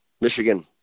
Michigan